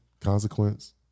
consequence